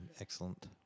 Excellent